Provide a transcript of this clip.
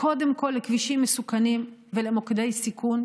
קודם כול כבישים מסוכנים ומוקדי סיכון,